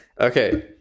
okay